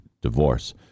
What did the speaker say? divorce